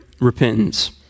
Repentance